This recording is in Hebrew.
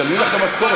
משלמים משכורת,